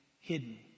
hidden